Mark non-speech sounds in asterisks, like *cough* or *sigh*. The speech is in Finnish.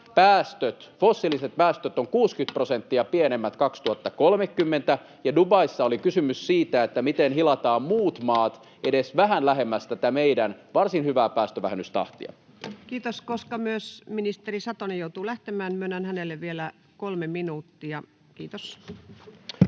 *noise* ovat 60 prosenttia pienemmät 2030. Dubaissa oli kysymys siitä, *noise* miten hilataan muut maat edes vähän lähemmäs tätä meidän varsin hyvää päästövähennystahtiamme. Kiitos. — Koska myös ministeri Satonen joutuu lähtemään, myönnän hänelle vielä kolme minuuttia, kiitos.